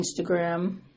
Instagram